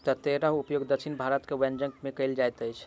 तेतैरक उपयोग दक्षिण भारतक व्यंजन में कयल जाइत अछि